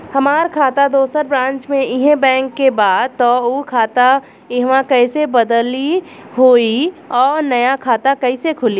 हमार खाता दोसर ब्रांच में इहे बैंक के बा त उ खाता इहवा कइसे बदली होई आ नया खाता कइसे खुली?